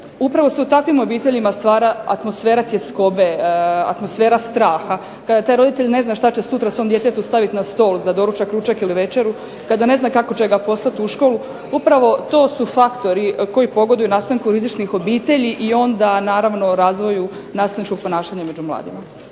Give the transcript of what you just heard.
upravo se u takvim obiteljima stvara atmosfera tjeskobe, atmosfera straha. Kada taj roditelj ne zna što će sutra svom djetetu staviti na stol za doručak, ručak ili večeru, kada ne zna kako će ga poslati u školu. Upravo to su faktori koji pogoduju nastanku rizičnih obitelji i onda naravno razvoju nasilničkog ponašanja među mladima.